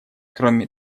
кроме